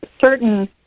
certain